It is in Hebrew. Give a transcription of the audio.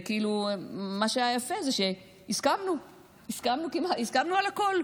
מה שהיה יפה זה שהסכמנו על הכול,